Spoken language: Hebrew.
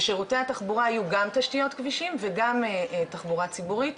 ושירותי התחבורה יהיו גם תשתיות כבישים וגם תחבורה ציבורית,